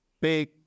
big